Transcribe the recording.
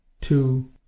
two